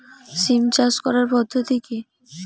সিম চাষ করার পদ্ধতি কী?